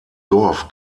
dorf